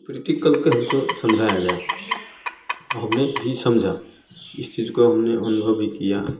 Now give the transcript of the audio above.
practical पे हमको समझाया गया और हमने भी समझा इस चीज को हमने अनुभव भी किया